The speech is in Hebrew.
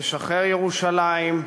משחרר ירושלים,